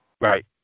Right